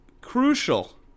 crucial